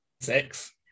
Six